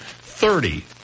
Thirty